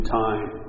time